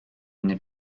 n’ai